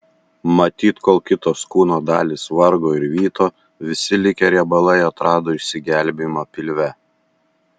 matyt kol kitos kūno dalys vargo ir vyto visi likę riebalai atrado išsigelbėjimą pilve